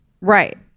Right